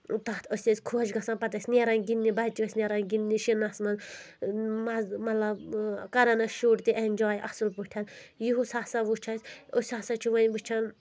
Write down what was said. تَتھ ٲسۍ ٲسۍ خۄش گژھان پَتہٕ ٲسۍ نیران گِنٛدنہِ بَچہِ ٲسۍ نیران گِنٛدنہِ شِنَس منٛز مَزٕ مطلب کَرَان ٲسۍ شُرۍ تہِ اؠنجاے اَصٕل پٲٹھۍ یُہُس ہسا وُچھ اَسہِ أسۍ ہسا چھِ وۄنۍ وٕچَھان